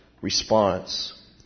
response